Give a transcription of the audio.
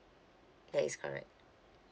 that is correct